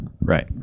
Right